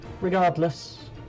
Regardless